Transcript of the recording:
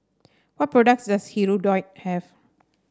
what products does Hirudoid have